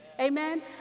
amen